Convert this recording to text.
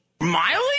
Miley